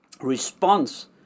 response